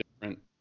different